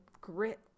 Grit